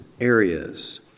areas